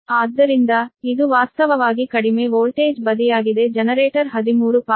ಆದ್ದರಿಂದ ಇದು ವಾಸ್ತವವಾಗಿ ಕಡಿಮೆ ವೋಲ್ಟೇಜ್ ಬದಿಯಾಗಿದೆ ಜನರೇಟರ್ 13